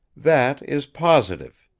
that is positive.